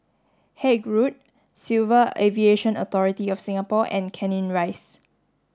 Haig Road Civil Aviation Authority of Singapore and Canning Rise